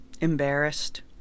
embarrassed